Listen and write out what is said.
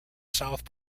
south